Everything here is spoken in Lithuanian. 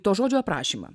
to žodžio aprašymą